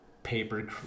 Paper